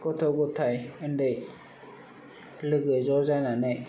गथ' गथाय उन्दै लोगो ज' जानानै